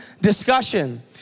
discussion